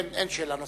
אין שאלה נוספת.